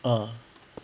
ah